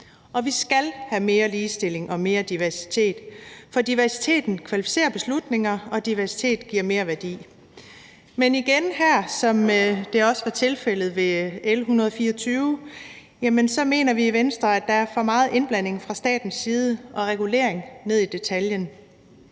Og vi skal have mere ligestilling og mere diversitet, for diversiteten kvalificerer beslutninger, og diversitet giver mere værdi. Men igen her, som det også var tilfældet ved L 124, mener vi i Venstre, at der er for meget indblanding og regulering ned i detaljen